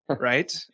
Right